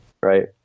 right